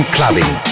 Clubbing